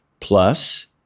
plus